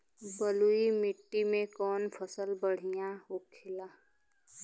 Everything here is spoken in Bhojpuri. बलुई मिट्टी में कौन फसल बढ़ियां होखे ला?